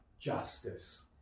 justice